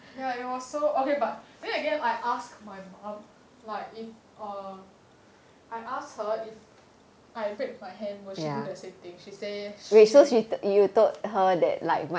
ya it was so okay but then again I asked my mum like if err I ask her if I break my hand will she do the same thing she say she is